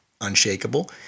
unshakable